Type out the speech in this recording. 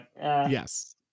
yes